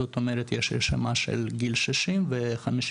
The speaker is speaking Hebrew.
זאת אומרת יש רשימה של גיל 60 ו-55.